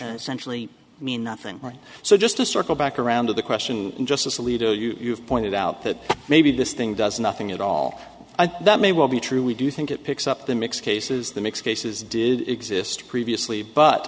sensually mean nothing so just to circle back around to the question justice alito you pointed out that maybe this thing does nothing at all and that may well be true we do think it picks up the mix cases the mix cases did exist previously but